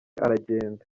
aragenda